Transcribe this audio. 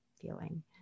feeling